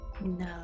No